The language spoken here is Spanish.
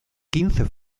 quince